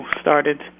started